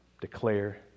declare